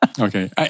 Okay